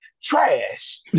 Trash